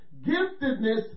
Giftedness